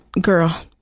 girl